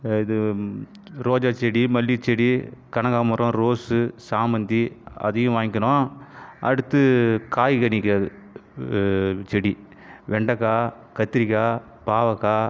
இது ரோஜா செடி மல்லிகை செடி கனகாமரம் ரோஸு சாமந்தி அதையும் வாங்கிக்கினோம் அடுத்து காய் கனிகள் செடி வெண்டைக்கா கத்திரிக்காய் பாவக்காய்